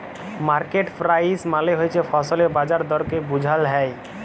market price মালে হছে ফসলের বাজার দরকে বুঝাল হ্যয়